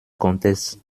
comtesse